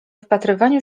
wpatrywaniu